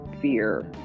fear